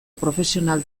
profesional